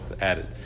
added